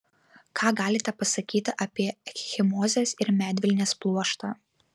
ką galite pasakyti apie ekchimozes ir medvilnės pluoštą